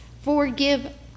Forgive